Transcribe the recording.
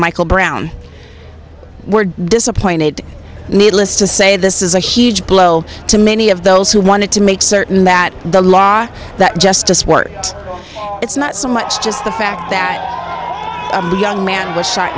michael brown we're disappointed needless to say this is a huge blow to many of those who wanted to make certain that the law that justice worked it's not so much just the fact that the young man was shot